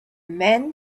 men